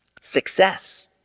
Success